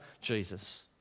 Jesus